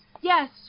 Yes